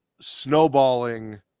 snowballing